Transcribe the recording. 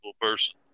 person